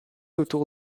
autour